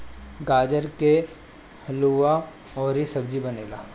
गाजर के हलुआ अउरी सब्जी बनेला